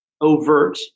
overt